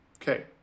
Okay